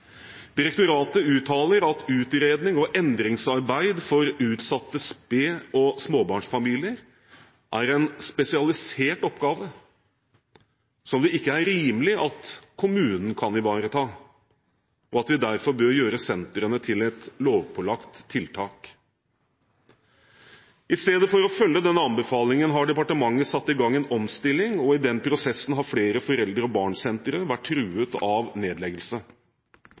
Direktoratet uttaler at utredning og endringsarbeid for utsatte sped- og småbarnsfamilier er en spesialisert oppgave som det ikke er rimelig at kommunene kan ivareta, og at vi derfor bør gjøre sentrene til et lovpålagt tiltak. I stedet for å følge denne anbefalingen, har departementet satt i gang en omstilling, og i den prosessen har flere foreldre og barn-sentre vært truet av nedleggelse.